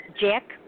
Jack